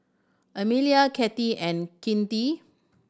Emilia Kathi and Kinte